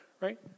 right